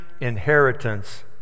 inheritance